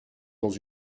dans